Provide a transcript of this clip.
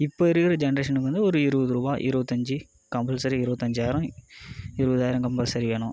இப்போ இருக்க ஜென்ரேசனுக்கு வந்து ஒரு இருபது ரூபாய் இருபத்தி அஞ்சு கம்பல்சரி இருபத்தி அஞ்சாயிரம் இருபது ஆயிரம் கம்பல்சரி வேணும்